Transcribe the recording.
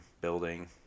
building